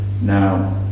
Now